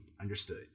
understood